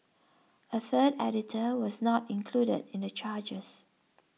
a third editor was not included in the charges